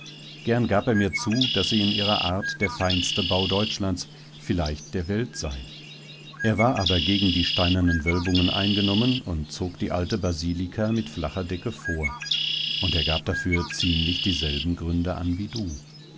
gern gab er mir zu daß sie in ihrer art der feinste bau deutschlands vielleicht der welt sei er war aber gegen die steinernen wölbungen eingenommen und zog die alte basilika mit flacher decke vor und er gab dafür ziemlich dieselben gründe an wie du